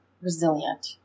resilient